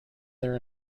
their